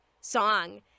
song